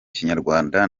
kinyarwanda